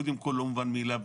קודם כל לא מובן מאליו,